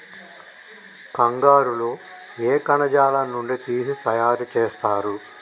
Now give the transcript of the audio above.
కంగారు లో ఏ కణజాలం నుండి తీసి తయారు చేస్తారు?